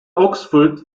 oxford